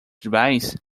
tribais